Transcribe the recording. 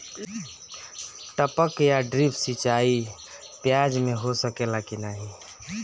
टपक या ड्रिप सिंचाई प्याज में हो सकेला की नाही?